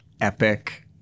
epic